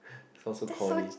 so so cony